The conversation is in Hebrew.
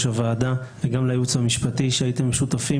הוועדה וגם לייעוץ המשפטי שהייתם שותפים,